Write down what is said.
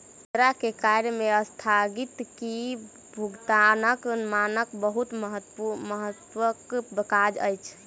मुद्रा के कार्य में अस्थगित भुगतानक मानक बहुत महत्वक काज अछि